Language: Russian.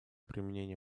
применение